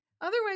otherwise